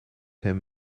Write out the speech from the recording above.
him